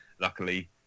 luckily